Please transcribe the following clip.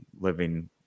living